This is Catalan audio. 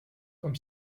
com